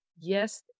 yes